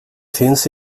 finns